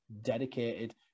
dedicated